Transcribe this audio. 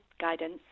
guidance